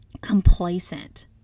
complacent